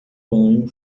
banho